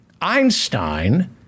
Einstein